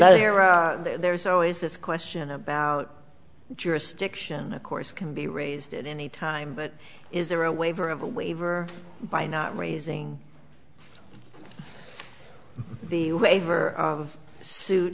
the there's always this question about jurisdiction of course can be raised at any time but is there a waiver of a waiver by not raising the waiver